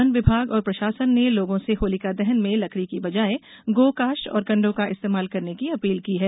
one विभाग और प्रशासन ने लोगों से होलिका दहन में लकड़ी के बजाय गौकाष्ठ और कंडों का इस्तेमाल करने की अपील की है